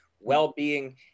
well-being